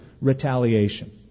retaliation